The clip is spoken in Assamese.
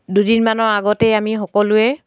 দুদিনমানৰ আগতে আমি সকলোৱে